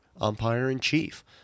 umpire-in-chief